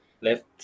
left